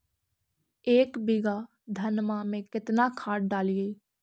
एक बीघा धन्मा में केतना खाद डालिए?